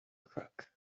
crook